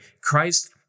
Christ